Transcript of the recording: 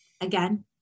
again